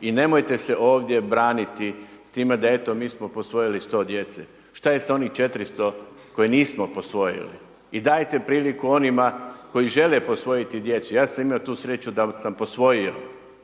i nemojte se ovdje braniti s time da eto mi smo posvojili 100 djece, šta je s onih 400 koje nismo posvojili i dajete priliku onima koji žele posvojiti djecu. Ja sam imao tu sreću da sam posvojio